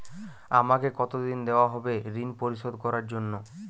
আমাকে কতদিন দেওয়া হবে ৠণ পরিশোধ করার জন্য?